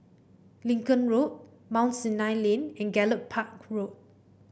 Lincoln Road Mount Sinai Lane and Gallop Park Road